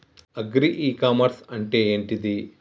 Agri e commerce అంటే ఏంటిది?